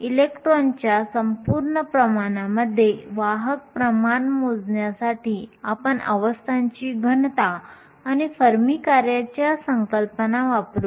इलेक्ट्रॉनच्या संपूर्ण प्रमाणामध्ये वाहक प्रमाण मोजण्यासाठी आपण अवस्थांची घनता आणि फर्मी कार्याच्या संकल्पना वापरू